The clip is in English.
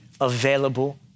available